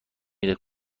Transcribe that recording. میده